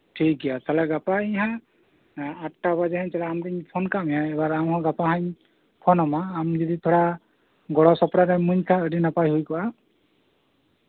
ᱴᱷᱤᱠᱜᱮᱭᱟ ᱛᱟᱞᱦᱮ ᱜᱟᱯᱟ ᱤᱧ ᱦᱟᱸᱜ ᱤᱨᱟᱹᱞ ᱴᱟᱲᱟᱝ ᱵᱟᱡᱟᱜ ᱤᱧ ᱪᱟᱞᱟᱜᱼᱟ ᱟᱢ ᱛᱚ ᱤᱧᱤᱧ ᱯᱷᱳᱱ ᱟᱠᱟᱫ ᱢᱮᱭᱟ ᱮᱵᱟᱨ ᱟᱢ ᱦᱚᱸ ᱜᱟᱯᱟ ᱱᱟᱦᱟᱸᱜ ᱤᱧ ᱯᱷᱳᱱᱟᱢᱟ ᱟᱢ ᱡᱩᱫᱤ ᱛᱷᱚᱲᱟ ᱜᱚᱲᱚ ᱥᱚᱯᱚᱦᱚᱫ ᱮᱢ ᱤᱢᱟᱹᱧ ᱠᱷᱟᱱ ᱟᱹᱰᱤ ᱱᱟᱯᱟᱭ ᱦᱩᱭ ᱠᱚᱜᱼᱟ